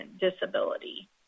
disability